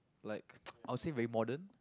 like I would say very modern